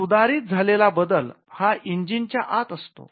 सुधारित झालेला बदल हा इंजिनच्या आत असतो